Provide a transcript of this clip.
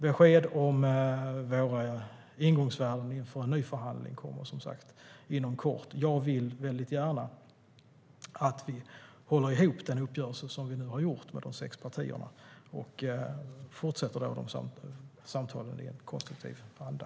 Besked om våra ingångsvärden inför en ny förhandling kommer som sagt inom kort. Jag vill gärna att vi håller ihop den uppgörelse som de sex partierna har ingått och att vi fortsätter samtalen i en konstruktiv anda.